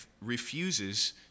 refuses